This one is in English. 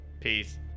peace